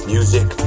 Music